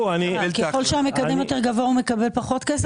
ככל שהמקדם יותר גבוה הוא מקבל פחות כסף?